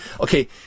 Okay